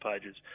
pages